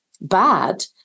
bad